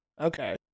Okay